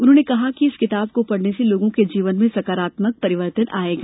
उन्होंने कहा कि इस किताब को पढ़ने से लोगों के जीवन में सकारात्मक परिवर्तन आयेगा